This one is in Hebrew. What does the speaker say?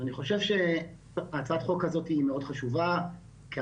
אני חושב שהצעת החוק הזו היא מאוד חשובה כהצהרה,